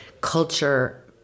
culture